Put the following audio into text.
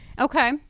Okay